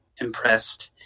impressed –